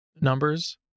numbers